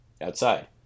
outside